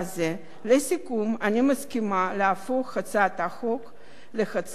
אני מסכימה להפוך הצעת החוק להצעה רגילה לסדר-היום.